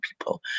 people